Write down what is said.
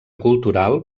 cultural